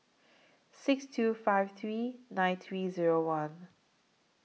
six two five three nine three Zero one